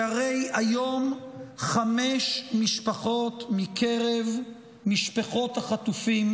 שהרי היום שמש משפחות מקרב משפחות החטופים